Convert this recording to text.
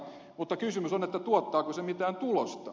mutta kysymys on tuottaako se mitään tulosta